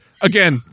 Again